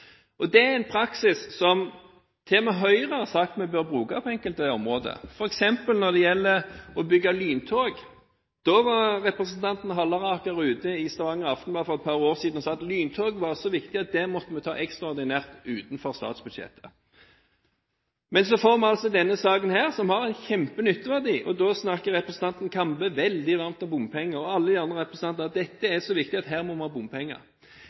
statsbudsjettet. Det er en praksis til og med Høyre har sagt at vi bør bruke på enkelte områder, f.eks. når det gjelder å bygge lyntog. Representanten Halleraker var ute i Stavanger Aftenblad for et par år siden og sa at lyntog var så viktig at det måtte vi ta ekstraordinært, utenfor statsbudsjettet. Så får vi denne saken som har en kjempenytteverdi, og da snakker representanten Kambe og alle de andre representantene veldig varmt om bompenger – dette er så viktig at her må vi ha bompenger.